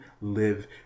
live